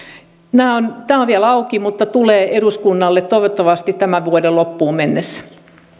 tämä on vielä auki mutta tulee eduskunnalle toivottavasti tämän vuoden loppuun mennessä